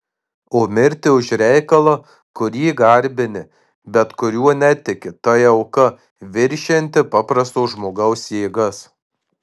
o mirti už reikalą kurį garbini bet kuriuo netiki tai auka viršijanti paprasto žmogaus jėgas